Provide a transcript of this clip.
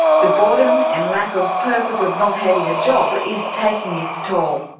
the boredom and lack of purpose of not having a job is taking its toll.